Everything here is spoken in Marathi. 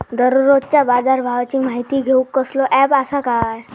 दररोजच्या बाजारभावाची माहिती घेऊक कसलो अँप आसा काय?